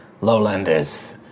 Lowlanders